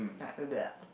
like adult